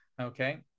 okay